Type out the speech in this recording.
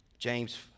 James